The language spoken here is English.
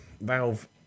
Valve